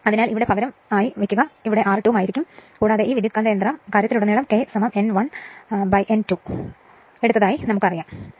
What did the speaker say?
അത് ഇവിടെ പകരം വയ്ക്കുക അത് R2 ആയിരിക്കും കൂടാതെ ഈ ട്രാൻസ്ഫോർമർലുടനീളം K N1 upon N2 ആണെന്ന് നമുക്കറിയാം